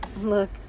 Look